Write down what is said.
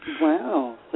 Wow